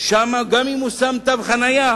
גם אם הוא שם תו חנייה,